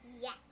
Yes